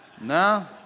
No